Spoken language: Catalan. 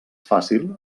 fàcil